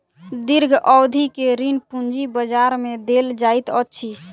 दीर्घ अवधि के ऋण पूंजी बजार में देल जाइत अछि